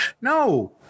No